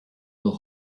will